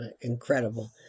Incredible